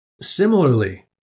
Similarly